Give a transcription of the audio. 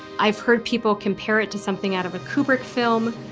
i've heard people compare it to something out of a kubrick film,